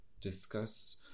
discuss